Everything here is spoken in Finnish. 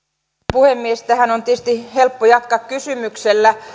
puhemies tähän on tietysti helppo jatkaa kysymyksellä